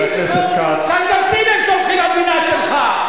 קלגסים הם שולחים, המדינה שלך.